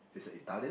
is a Italian